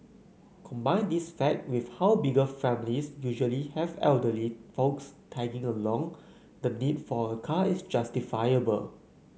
combine this fact with how bigger families usually have elderly folks tagging along the need for a car is justifiable